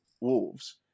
Wolves